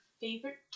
Favorite